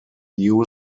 new